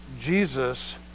jesus